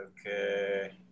Okay